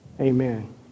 Amen